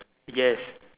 yes